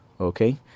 Okay